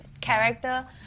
character